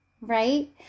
Right